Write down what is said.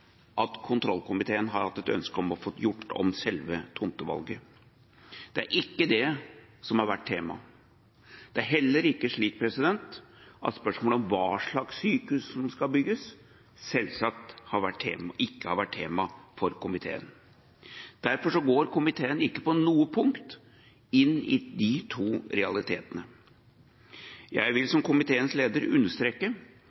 at kontrollkomiteen har hatt et ønske om å få gjort om selve tomtevalget. Det er ikke det som har vært tema. Det er selvsagt heller ikke slik at spørsmålet om hva slags sykehus som skal bygges, har vært tema for komiteen. Derfor går komiteen ikke på noe punkt inn i disse to realitetene. Jeg vil, som komiteens leder, understreke